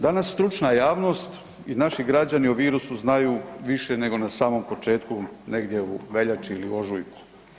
Danas stručna javnost i naši građani o virusu više znaju više nego na samom početku negdje u veljači ili u ožujku.